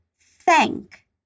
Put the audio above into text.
Thank